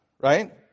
Right